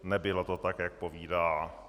Nebylo to tak, jak povídá.